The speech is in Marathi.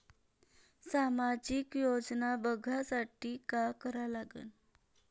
सामाजिक योजना बघासाठी का करा लागन?